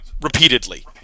repeatedly